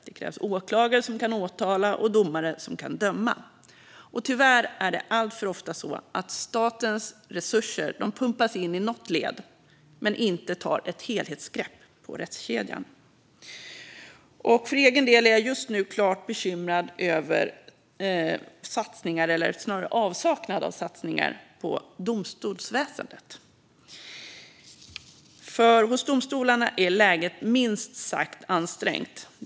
Det krävs åklagare som kan åtala och domare som kan döma, och tyvärr är det alltför ofta så att staten pumpar in resurser i något av leden men inte tar ett helhetsgrepp om rättskedjan. För egen del är jag just nu klart bekymrad över satsningar eller snarare avsaknad av satsningar på domstolsväsendet, för hos domstolarna är läget minst sagt ansträngt.